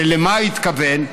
ולמה הוא התכוון?